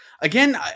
again